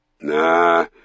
Nah